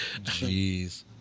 Jeez